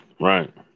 right